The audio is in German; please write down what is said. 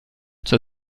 zur